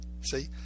See